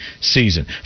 season